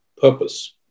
purpose